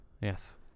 Yes